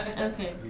Okay